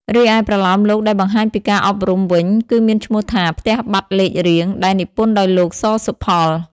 រីឯ ប្រលោមលោកដែលបង្ហាញពីការអប់រំវិញគឺមានឈ្មោះថា ផ្ទះបាត់លេខរៀង ដែលនិពន្ធដោយលោក ស សុផល។